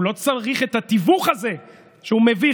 הוא לא צריך את התיווך הזה, שהוא מביך.